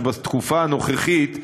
שבתקופה הנוכחית,